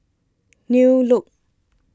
New Look